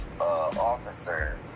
officer